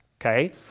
okay